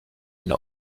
une